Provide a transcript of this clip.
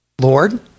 Lord